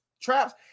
traps